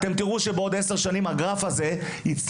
אתם תראו שבעוד עשר שנים הגרף הזה יצלול.